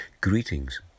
greetings